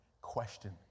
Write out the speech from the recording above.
question